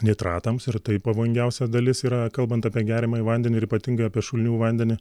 nitratams ir tai pavojingiausia dalis yra kalbant apie geriamąjį vandenį ir ypatingai apie šulinių vandenį